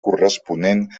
corresponent